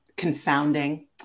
confounding